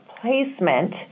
placement